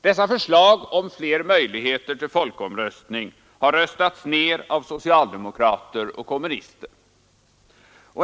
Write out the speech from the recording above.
Dessa förslag om fler möjligheter till folkomröstning har röstats ner av socialdemokrater och kommunister.